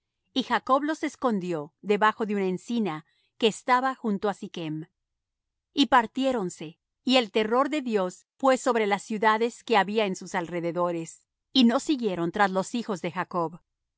y jacob los escondió debajo de una encina que estaba junto á sichm y partiéronse y el terror de dios fué sobre las ciudades que había en sus alrededores y no siguieron tras los hijos de jacob